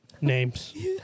names